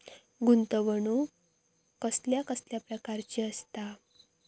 गुंतवणूक कसल्या कसल्या प्रकाराची असता?